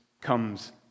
comes